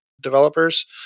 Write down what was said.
developers